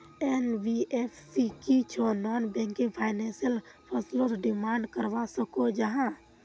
NBFC की छौ non banking financial फसलोत डिमांड करवा सकोहो जाहा?